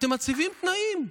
אתם מציבים תנאים?